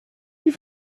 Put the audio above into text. die